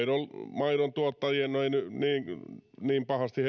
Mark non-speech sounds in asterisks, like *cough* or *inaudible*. maidontuottajien päälle no ei nyt niin pahasti *unintelligible*